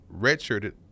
redshirted